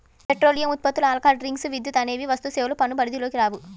petroleum ఉత్పత్తులు, alcohol drinks, విద్యుత్ అనేవి వస్తుసేవల పన్ను పరిధిలోకి రావు